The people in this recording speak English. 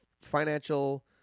financial